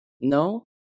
No